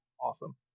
Awesome